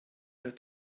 their